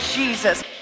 Jesus